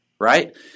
right